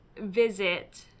visit